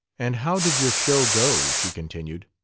and how did your show go? she continued.